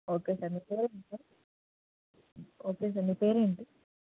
okay sir మీ పేరేమి sir okay sir మీ పేరేంటి